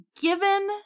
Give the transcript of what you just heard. Given